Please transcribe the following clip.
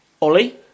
Ollie